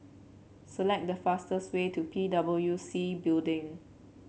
select the fastest way to P W C Building